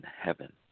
heaven